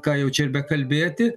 ką jau čia ir bekalbėti